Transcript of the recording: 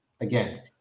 again